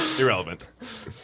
Irrelevant